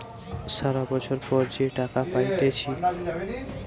সারা বছর পর যে টাকা পাইতেছে